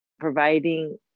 providing